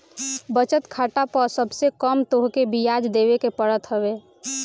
बचत खाता पअ सबसे कम तोहके बियाज देवे के पड़त हवे